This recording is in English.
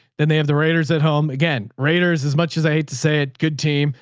then they have the raiders at home. again, raiders as much as i hate to say it, good team.